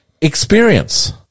experience